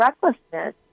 recklessness